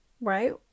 right